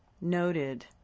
noted